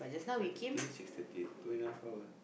five thirty six thirty two and a half hour